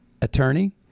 attorney